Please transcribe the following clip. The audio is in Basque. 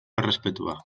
errespetua